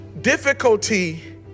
Difficulty